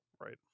right